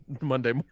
Monday